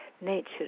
nature